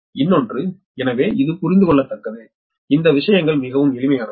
எனவே இன்னொன்று எனவே இது புரிந்துகொள்ளத்தக்கது இந்த விஷயங்கள் மிகவும் எளிமையானவை